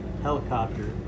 helicopter